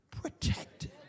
protected